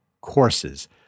Courses